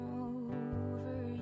over